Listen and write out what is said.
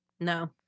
No